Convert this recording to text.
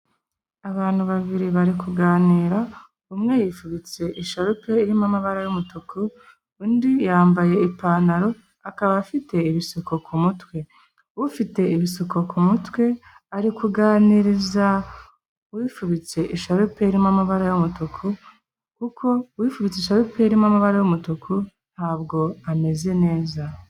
Abantu babiri bari kuganira, umwe yifubitse isharupe irimo amabara y'umutuku, undi yambaye ipantaro, akaba afite ibisuko ku mutwe, ufite ibisuko ku mutwe ari kuganiriza uwifubitse isharupe irimo amabara y'umutuku, kuko uwifutse isharupe irimo amabara y'umutuku ntabwo ameze neza.